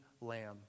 lamb